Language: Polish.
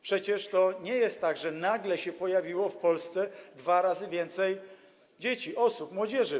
Przecież to nie jest tak, że nagle się pojawiło w Polsce dwa razy więcej dzieci, osób, młodzieży.